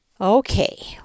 Okay